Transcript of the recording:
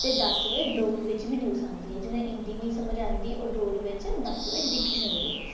ते दस्स बजे डोगरी बिच बी न्यूजां औंदियां जि'नें गी हिंदी निं समझ औंदी ओह् डोगरी बिच दस्स बजे दिक्खी सकदे